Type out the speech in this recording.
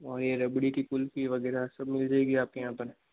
और ये रबड़ी की कुल्फ़ी वग़ैरह सब मिल जाएगी आप के यहाँ पर